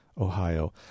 Ohio